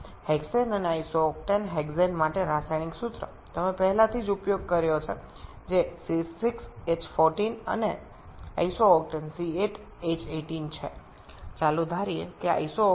hexane এবং isooctane এর রাসায়নিক সূত্র আপনি ইতিমধ্যে ব্যবহার করেছেন যা হেক্সেন এর C6H14 এবং আইসো অক্টেন এর হল C8H18